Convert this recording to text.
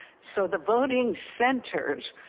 so the voting centers,